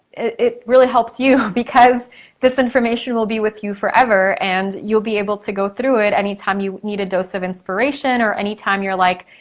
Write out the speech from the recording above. it really helps you because this information will be with you forever and you'll be able to go through it anytime you need a dose of inspiration or anytime you're like,